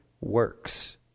works